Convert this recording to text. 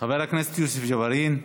חבר הכנסת יוסף ג'בארין,